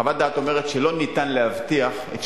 חוות הדעת אומרת שלא ניתן להבטיח את